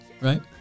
right